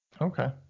Okay